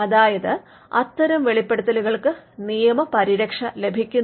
അതായത് അത്തരം വെളിപ്പെടുത്തലുകൾക്ക് നിയമപരിരക്ഷ ലഭിക്കുന്നു